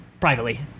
privately